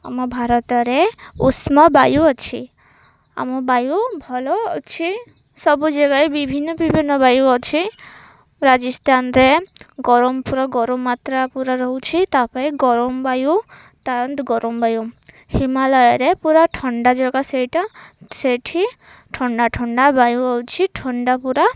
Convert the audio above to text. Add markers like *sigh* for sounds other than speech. ଆମ ଭାରତରେ ଉଷ୍ଣ ବାୟୁ ଅଛି ଆମ ବାୟୁ ଭଲ ଅଛି ସବୁ ଜଗାରେ ବିଭିନ୍ନ ବିଭିନ୍ନ ବାୟୁ ଅଛି ରାଜସ୍ଥାନରେ ଗରମ ପୁରା ଗରମ ମାତ୍ରା ପୁରା ରହୁଛି ତା ପାଇଁ ଗରମ ବାୟୁ *unintelligible* ଗରମ ବାୟୁ ହିମାଲୟରେ ପୁରା ଥଣ୍ଡା ଜାଗା ସେଇଟା ସେଇଠି ଥଣ୍ଡା ଥଣ୍ଡା ବାୟୁ ଅଛି ଥଣ୍ଡା ପୁରା